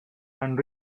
and